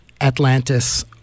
Atlantis